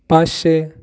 पांचशें